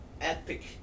epic